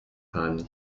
time